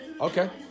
Okay